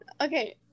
Okay